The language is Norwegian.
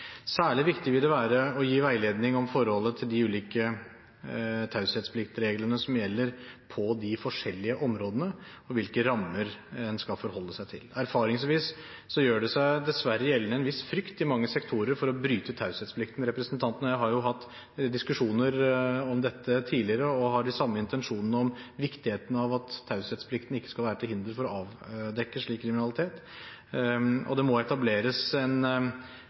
Særlig viktig vil det være å gi veiledning om forholdet til de ulike taushetspliktreglene som gjelder på de forskjellige områdene, og hvilke rammer en skal forholde seg til. Erfaringsvis gjør det seg dessverre gjeldende en viss frykt i mange sektorer for å bryte taushetsplikten. Representanten og jeg har hatt diskusjoner om dette tidligere, og har de samme intensjonene om viktigheten av at taushetsplikten ikke skal være til hinder for å avdekke slik kriminalitet. Det må etableres – og det må formuleres og formidles – en